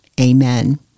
Amen